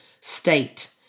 state